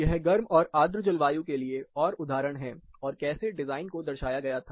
यह गर्म और आर्द्र जलवायु के लिए और उदाहरण है और कैसे डिजाइन को दर्शाया गया था